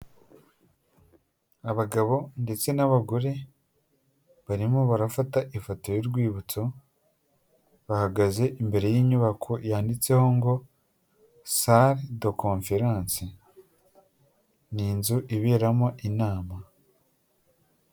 Abagabo ndetse n'abagore, barimo barafata ifoto y'urwibutso bahagaze imbere y'inyubako yanditseho, ngo sale de conference [ni inzu iberamo inama].